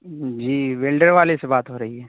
جی welder والے سے بات ہو رہی ہے